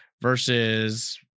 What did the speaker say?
versus